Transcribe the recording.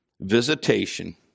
visitation